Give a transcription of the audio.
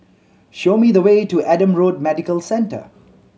show me the way to Adam Road Medical Centre